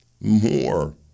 More